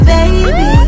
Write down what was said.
Baby